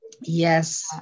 Yes